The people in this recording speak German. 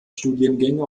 studiengänge